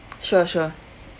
sure sure